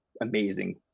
amazing